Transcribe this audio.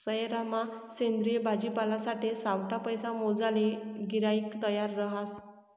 सयेरमा सेंद्रिय भाजीपालासाठे सावठा पैसा मोजाले गिराईक तयार रहास